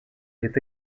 hit